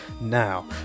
now